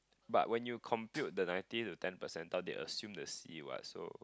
but when you convert the ninety to ten percent doubt you assume the C what so